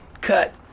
cut